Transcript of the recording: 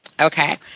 okay